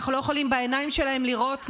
אנחנו לא יכולים בעיניים שלהם לראות נשים,